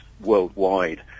worldwide